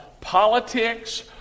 politics